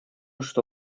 что